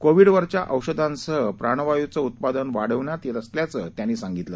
कोविडवरच्या औषधांसह प्राणवायूचं उत्पादन वाढवण्यात येत असल्याचं त्यांनी सांगितलं